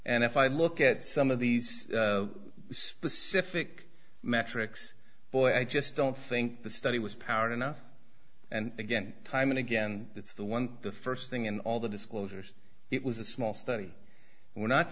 and if i look at some of these specific metrics boy i just don't think the study was powered enough and again time and again that's the one the first thing in all the disclosures it was a small study we're not